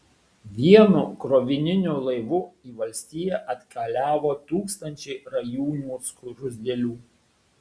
vienu krovininiu laivu į valstiją atkeliavo tūkstančiai rajūnių skruzdėlių